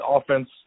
offense